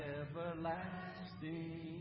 everlasting